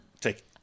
Take